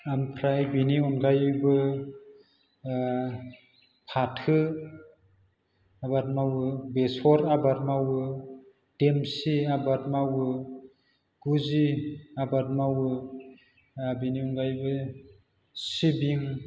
ओमफ्राइ बेनि अनगायैबो फाथो आबाद मावो बेसर आबाद मावो देमसि आबाद मावो गुजि आबाद मावो बेनि अनगायैबो सिबिं